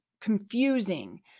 confusing